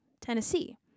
Tennessee